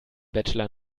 bachelor